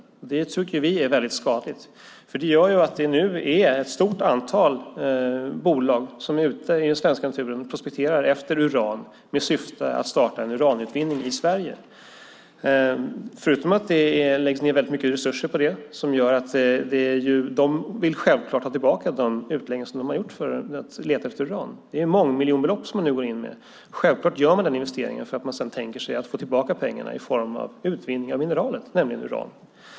Det tycker vi är väldigt skadligt. Det gör ju att det nu är ett stort antal bolag som är ute i den svenska naturen och prospekterar efter uran med syfte att starta uranutvinning i Sverige. Det läggs ned mycket resurser på det, och självklart vill de ha tillbaka de utlägg som de har gjort för att leta efter uran. Det är mångmiljonbelopp som man nu går in med. Självklart gör man den investeringen för att man sedan tänker sig att få tillbaka pengarna i form av utvinning av mineralet, nämligen uran.